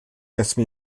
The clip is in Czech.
nesmí